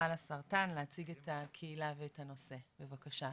חלאסרטן, להציג את הקהילה ואת הנושא, בבקשה.